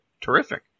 terrific